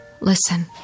Listen